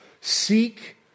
Seek